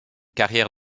carrière